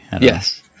Yes